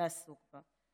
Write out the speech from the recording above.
לעסוק בה.